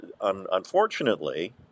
unfortunately